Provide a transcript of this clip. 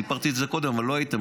סיפרתי את זה קודם אבל לא הייתם,